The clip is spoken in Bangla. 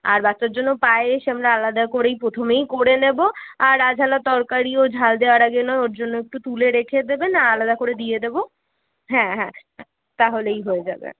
আর বাচ্চার জন্যও পায়েস আমরা আলাদা করেই প্রথমেই করে নেবো আর আঝালা তরকারিও ঝাল দেওয়ারা গেলেও ওর জন্য একটু তুলে রেখে দেবেন আলাদা করে দিয়ে দেবো হ্যাঁ হ্যাঁ তাহলেই হয়ে যাবে